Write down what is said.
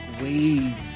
wave